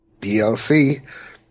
DLC